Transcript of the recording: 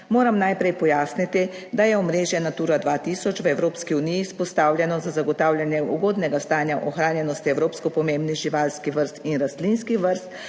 moram najprej pojasniti, da je omrežje Natura 2000 v Evropski uniji izpostavljeno za zagotavljanje ugodnega stanja ohranjenosti evropsko pomembnih živalskih vrst in rastlinskih vrst